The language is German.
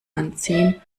anziehen